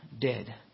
dead